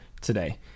today